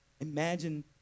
Imagine